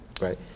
right